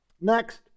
Next